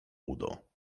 udo